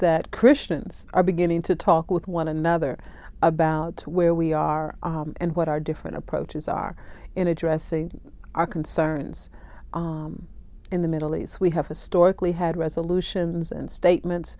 that christians are beginning to talk with one another about where we are and what our different approaches are in addressing our concerns in the middle east we have historically had resolutions and statements